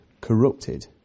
corrupted